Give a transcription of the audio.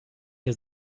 dir